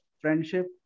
friendship